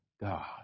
God